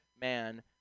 man